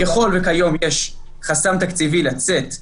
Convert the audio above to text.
ככל שכיום יש חסם תקציבי לצאת למכרז,